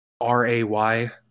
r-a-y